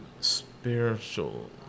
spiritual